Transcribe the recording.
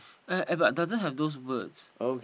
uh but doesn't have those words